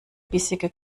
bissige